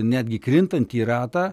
netgi krintantį ratą